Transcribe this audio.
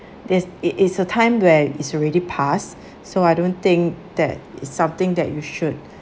this it is a time where is already passed so I don't think that it's something that you should